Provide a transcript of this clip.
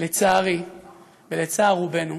לצערי ולצער רובנו